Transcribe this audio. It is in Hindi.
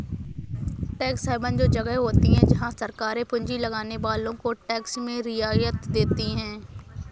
टैक्स हैवन वो जगह होती हैं जहाँ सरकारे पूँजी लगाने वालो को टैक्स में रियायत देती हैं